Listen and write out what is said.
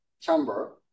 Chamber